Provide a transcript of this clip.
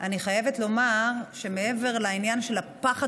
אני חייבת לומר שמעבר לעניין של הפחד